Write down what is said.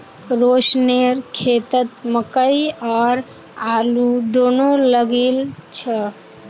रोशनेर खेतत मकई और आलू दोनो लगइल छ